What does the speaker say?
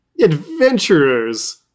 Adventurers